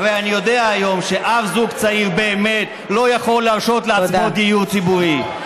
הרי אני יודע שהיום אף זוג צעיר לא באמת יכול להרשות לעצמו דיור ציבורי.